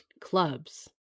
clubs